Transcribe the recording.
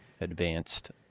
Advanced